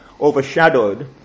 overshadowed